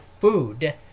food